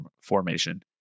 formation